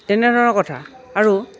তেনেধৰণৰ কথা আৰু